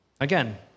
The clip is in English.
Again